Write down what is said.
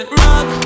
rock